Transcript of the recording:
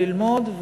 ללמוד.